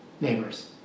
Neighbors